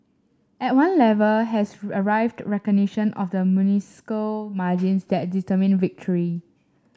at one level has arrived recognition of the minuscule margins that determine victory